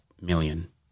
million